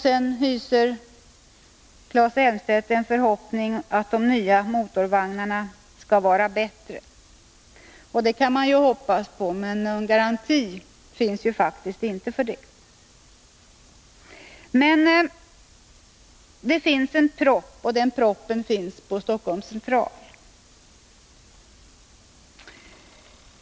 Sedan hyser Claes Elmstedt en förhoppning om att de nya motorvagnarna skall vara bättre. Det kan man ju hoppas, men man har inte någon garanti för det. Det finns en propp, och den proppen sitter på Stockholms central.